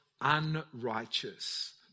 unrighteous